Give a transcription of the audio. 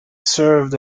served